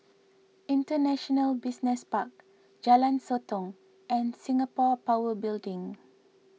International Business Park Jalan Sotong and Singapore Power Building